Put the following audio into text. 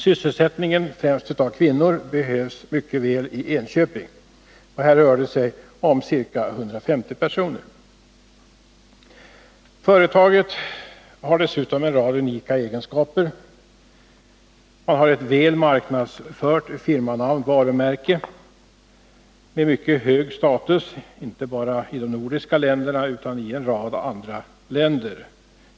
Sysselsättningstillfällena för främst kvinnor behövs mycket väl i Enköping. Det rör sig om ca 150 personer. Företaget har dessutom en rad unika egenskaper. Man har ett väl marknadsfört firmanamn, varumärke, som har mycket hög status i inte bara de nordiska länderna utan också en rad andra länder.